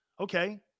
Okay